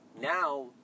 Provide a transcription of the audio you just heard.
now